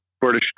British